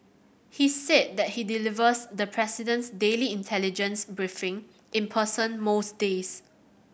he's said that he delivers the president's daily intelligence briefing in person most days